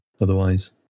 otherwise